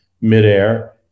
midair